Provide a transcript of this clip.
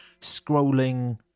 scrolling